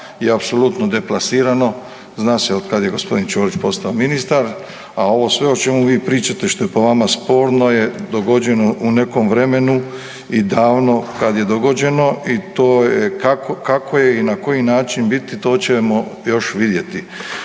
je apsolutno deplasirano. Zna se otkad je g. Ćorić postao ministar, a ovo sve o čemu vi pričate što je po vama sporno je dogođeno u nekom vremenu i davno kad je dogođeno i to je kako je i na koji način biti, to ćemo još vidjeti.